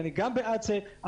גם אני בעד זה,